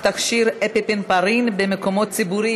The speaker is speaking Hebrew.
תכשיר אפינפרין במקומות ציבוריים,